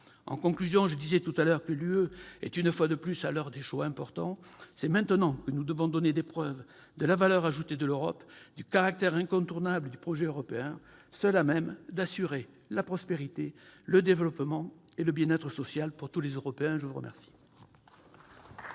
instants, l'Union européenne est, une fois de plus, à l'heure de choix importants. C'est maintenant que nous devons donner des preuves de la valeur ajoutée de l'Europe et du caractère incontournable du projet européen, seul à même d'assurer la prospérité, le développement et le bien-être social pour tous les Européens. La parole